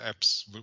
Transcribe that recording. apps